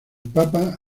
papa